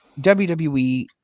WWE